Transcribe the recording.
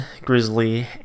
Grizzly